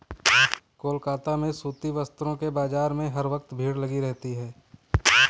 कोलकाता में सूती वस्त्रों के बाजार में हर वक्त भीड़ लगी रहती है